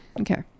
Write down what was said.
Okay